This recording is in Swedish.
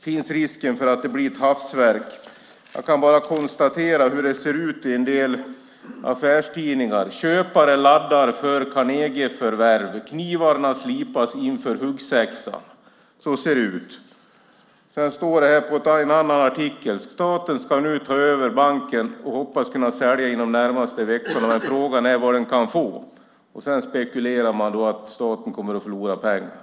Finns risken att det blir ett hafsverk? Jag kan bara konstatera hur det ser ut i en del affärstidningar. Så här skriver man: Köpare laddar för Carnegieförvärv. Knivarna slipas inför huggsexa. I en annan artikel står det: Staten ska nu ta över banken och hoppas kunna sälja inom de närmaste veckorna. Frågan är vad den kan få. Vidare spekulerar man och tror att staten kommer att förlora pengar.